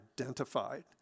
identified